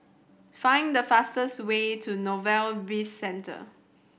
find the fastest way to Novelty Bizcentre